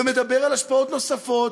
ומדבר על השפעות נוספות,